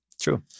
true